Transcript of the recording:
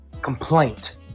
complaint